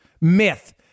myth